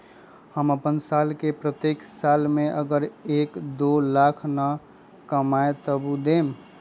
हम अपन साल के प्रत्येक साल मे अगर एक, दो लाख न कमाये तवु देम?